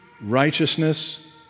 righteousness